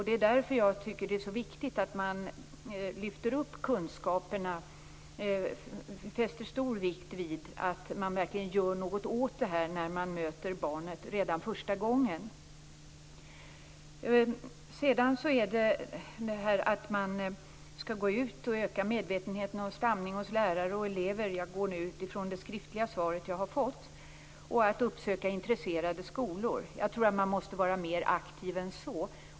Det är därför som jag tycker att det är så viktigt att man lyfter upp kunskaperna och fäster stor vikt vid att man verkligen gör något åt detta när man möter barnet första gången. Beträffande det som sägs om att man skall gå ut och öka medvetenheten om stamning hos lärare och elever - jag utgår nu från det skriftliga svar som jag har fått - och att uppsöka intresserade skolor vill jag säga att jag tror att man måste vara mer aktiv än så.